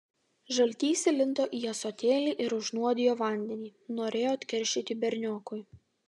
žaltys įlindo į ąsotėlį ir užnuodijo vandenį norėjo atkeršyti berniokui